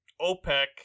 OPEC